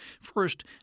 First